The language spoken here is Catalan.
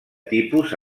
tipus